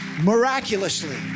miraculously